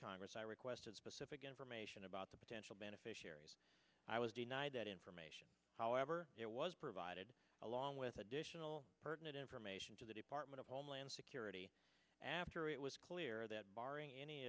congress i requested specific information about the potential beneficiaries i was denied that information however there was provided along with additional pertinent information to the department of homeland security after it was clear that barring any